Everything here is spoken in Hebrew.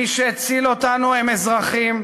מי שהצילו אותנו הם אזרחים,